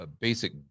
basic